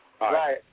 Right